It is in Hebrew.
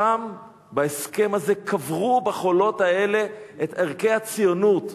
שם, בהסכם הזה, קברו בחולות האלה את ערכי הציונות.